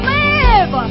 live